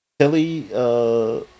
Kelly